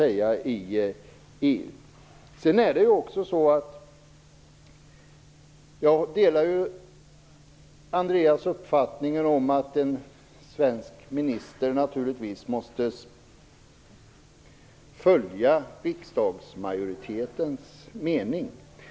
Vi borde därför inte kansla in oss i EU. Jag delar Andreas Carlgrens uppfattning att en svensk minister måste följa riksdagsmajoritetens mening.